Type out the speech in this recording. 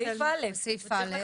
בסעיף א'.